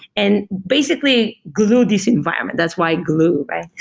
and basically, glue this environment. that's why gloo, right?